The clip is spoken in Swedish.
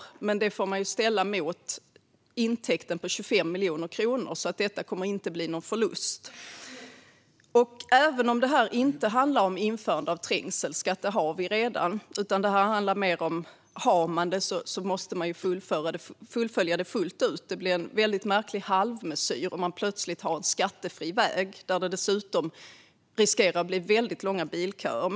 Det får man dock ställa mot intäkterna på 25 miljoner kronor, så detta kommer inte att bli någon förlust. Detta handlar inte om införande av trängselskatt - det har vi redan. Det handlar mer om att vi om vi har det måste fullfölja det fullt ut. Det blir en väldigt märklig halvmesyr om man plötsligt har en skattefri väg där det dessutom riskerar att bli väldigt långa bilköer.